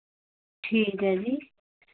ਠੀਕ ਹੈ ਜੀ